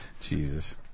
Jesus